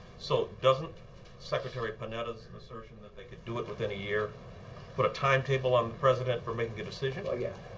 so doesn't secretary panetta's and assertion that they could do it within a year put a timetable on the president for making a decision? like yeah